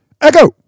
Echo